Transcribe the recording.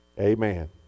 Amen